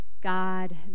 God